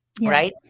right